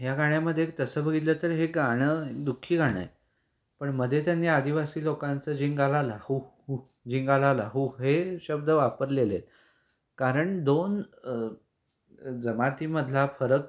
ह्या गाण्यामधे तसं बघितलं तर हे गाणं दुःखी गाणं आहे पण मध्ये त्यांनी आदिवासी लोकांचं जिंगालाला हू ह जिंगालाला हू हे शब्द वापरलेले आहेत कारण दोन जमातींमधला फरक